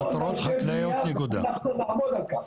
לא נרשה בנייה, אנחנו נעמוד על כך.